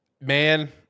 Man